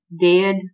dead